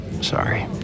sorry